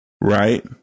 right